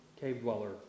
cave-dweller